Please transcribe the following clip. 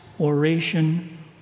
oration